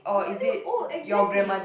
you know as in oh exactly